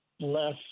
less